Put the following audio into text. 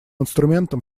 инструментом